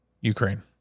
Ukraine